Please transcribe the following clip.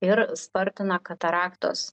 ir spartina kataraktos